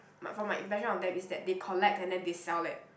my from my impression of them is that they collect and then they sell it